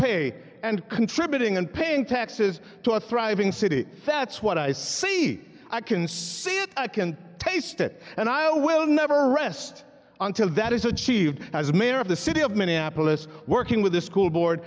pay and contributing and paying taxes to a thriving city that's what i see i can see i can taste it and i will never rest until that is achieved as mayor of the city of minneapolis working with the school board